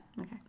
Okay